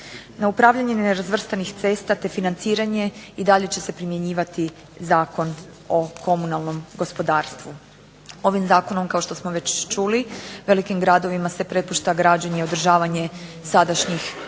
Na upravljanje nerazvrstanih cesta, te financiranje i dalje će se primjenjivati Zakon o komunalnom gospodarstvu. Ovim Zakonom kao što smo već čuli velikim gradovima se prepušta građenje i održavanje sadašnjih županijskih